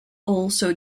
also